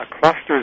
clusters